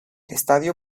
estadio